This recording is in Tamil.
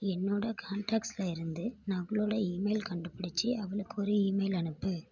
என்னோட கான்டாக்ட்ஸில் இருந்து நகுலோட இமெயில் கண்டுபிடிச்சு அவளுக்கு ஒரு இமெயில் அனுப்பு